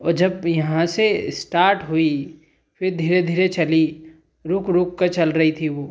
और जब यहाँ से स्टार्ट हुई फ़िर धीरे धीरे चली रुक रुक क चल रही थी वह